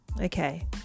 Okay